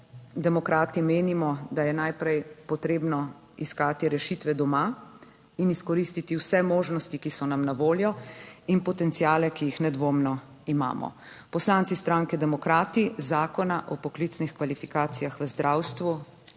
demokrati menimo, da je najprej potrebno iskati rešitve doma in izkoristiti vse možnosti, ki so nam na voljo in potenciale, ki jih nedvomno imamo. Poslanci stranke demokrati Zakona o poklicnih kvalifikacijah v zdravstvu